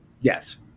Yes